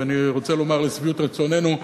אני רוצה לומר לשביעות רצוננו,